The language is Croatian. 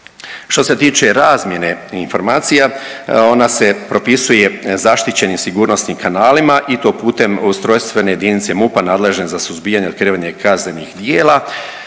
Što se tiče razmjene informacija ona se propisuje zaštićenim sigurnosnim kanalima i to putem ustrojstvene jedinice MUP-a nadležne za suzbijanje i otkrivanje kaznenih djela,